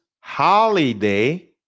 holiday